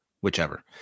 whichever